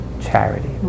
charity